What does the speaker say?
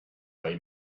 they